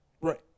right